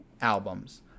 albums